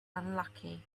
unlucky